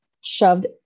shoved